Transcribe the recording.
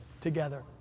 together